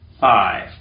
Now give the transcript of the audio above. five